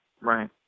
Right